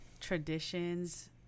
traditions